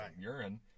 urine